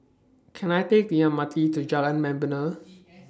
Can I Take The M R T to Jalan Membina